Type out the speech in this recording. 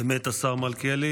אמת, השר מלכיאלי.